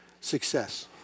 Success